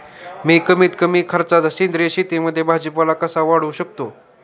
मी कमीत कमी खर्चात सेंद्रिय शेतीमध्ये भाजीपाला कसा वाढवू शकतो?